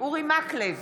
אורי מקלב,